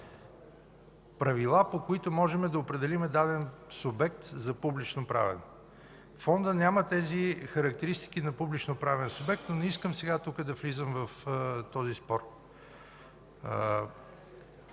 правила, по които можем да определим даден субект за публично-правен. Фондът няма тези характеристики на публично-правен субект, но не искам сега тук да влизам в този спор.